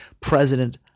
president